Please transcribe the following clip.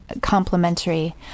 complementary